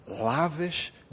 lavish